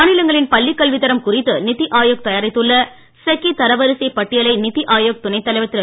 மாநிலங்களின் பள்ளிக் கல்வித் தரம் குறித்து நித்தி ஆயோக் தயாரித்துள்ள செக்கி தரவரிசைப் பட்டியலை நித்தி ஆயோக் துணைத் தலைவர் திரு